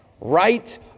Right